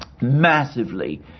massively